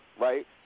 right